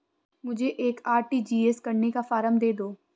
मुझे एक आर.टी.जी.एस करने का फारम दे दो?